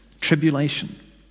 Tribulation